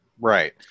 Right